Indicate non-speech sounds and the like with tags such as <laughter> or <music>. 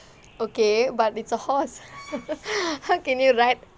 okay but it's a horse <laughs> how can you ride